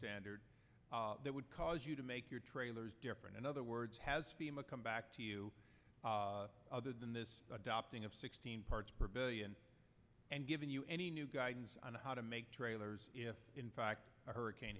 standard that would cause you to make your trailers different in other words has fema come back to you other than this adopting of sixteen parts per billion and given you any new guidance on how to make trailers if in fact a hurricane